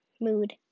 mood